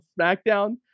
SmackDown